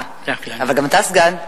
אבל גם אתה סגן.